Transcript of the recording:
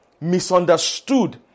misunderstood